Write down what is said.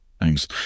Thanks